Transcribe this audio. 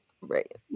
Right